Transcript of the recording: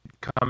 come